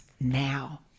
now